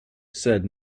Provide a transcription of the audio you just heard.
said